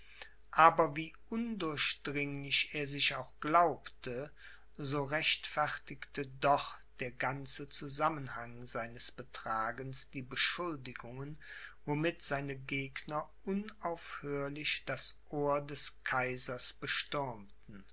aber wie undurchdringlich er sich auch glaubte so rechtfertigte doch der ganze zusammenhang seines betragens die beschuldigungen womit seine gegner unaufhörlich das ohr des kaisers bestürmten